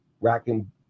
racking